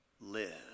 live